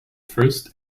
first